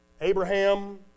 Abraham